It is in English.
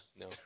No